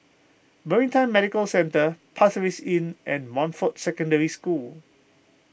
Maritime Medical Centre Pasir Inn and Montfort Secondary School